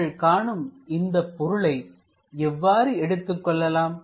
நீங்கள் காணும் இந்தப் பொருளை எவ்வாறு எடுத்துக் கொள்ளலாம்